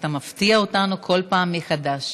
אתה מפתיע אותנו כל פעם מחדש